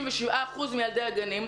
67% מילדי הגנים,